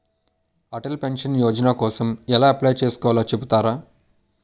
Atal pension Yojana కోసం ఎలా apply చేసుకోవాలో చెపుతారా?